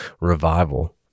revival